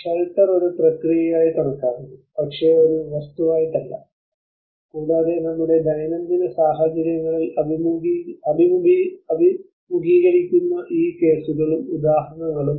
shelter ഒരു പ്രക്രിയയായി കണക്കാക്കണം പക്ഷേ ഒരു വസ്തുവായിട്ടല്ല കൂടാതെ നമ്മുടെ ദൈനംദിന സാഹചര്യങ്ങളിൽ അഭിമുഖീകരിക്കുന്ന ഈ കേസുകളും ഉദാഹരണങ്ങളും